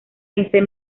quince